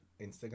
Instagram